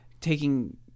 taking